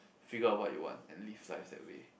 figure out what you want and live life that way